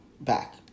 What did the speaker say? back